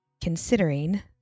Considering